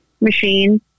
machine